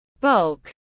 Bulk